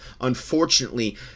unfortunately